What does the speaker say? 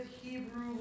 Hebrew